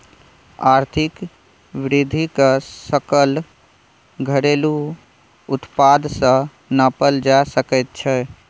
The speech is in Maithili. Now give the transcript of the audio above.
आर्थिक वृद्धिकेँ सकल घरेलू उत्पाद सँ नापल जा सकैत छै